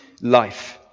life